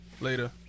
Later